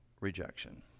rejection